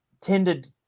tended